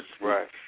Right